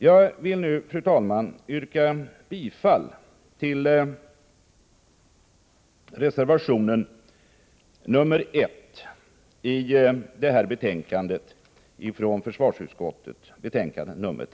Jag ber nu, fru talman, att få yrka bifall till reservation 1 i försvarsutskottets betänkande 13.